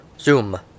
Zoom